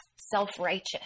self-righteous